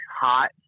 hot